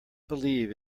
believe